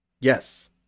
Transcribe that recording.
Yes